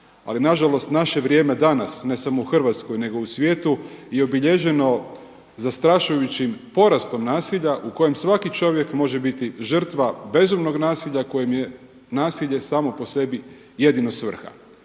Ali na žalost naše vrijeme danas ne samo u Hrvatskoj nego i u svijetu je obilježeno zastrašujućim porastom nasilja u kojem svaki čovjek može biti žrtva bezumnog nasilja kojim je nasilje samo po sebi jedino svrha.